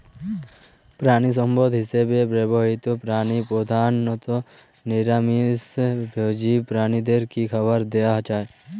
প্রাণিসম্পদ হিসেবে ব্যবহৃত প্রাণী প্রধানত নিরামিষ ভোজী প্রাণীদের কী খাবার দেয়া হয়?